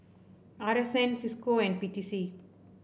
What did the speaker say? R S N Cisco and P T C